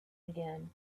again